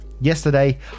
Yesterday